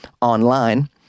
online